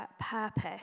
purpose